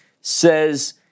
says